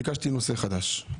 נושא חדש.